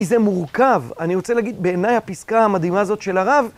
זה מורכב. אני רוצה להגיד, בעיניי הפסקה המדהימה הזאת של הרב,